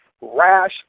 rash